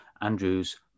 Andrew's